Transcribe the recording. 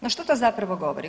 No što to zapravo govori?